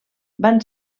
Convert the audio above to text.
van